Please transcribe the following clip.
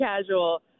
casual